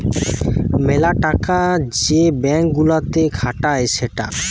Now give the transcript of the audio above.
মেলা টাকা যে ব্যাঙ্ক গুলাতে খাটায় সেটা